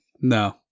No